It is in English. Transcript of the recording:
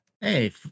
Hey